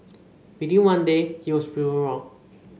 within one day he was proven wrong